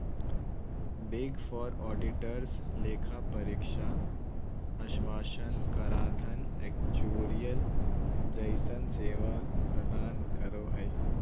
big four auditors लेखा परीक्षा आश्वाशन कराधान एक्चुरिअल जइसन सेवा प्रदान करो हय